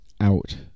out